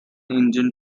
engine